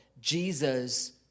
Jesus